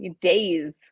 days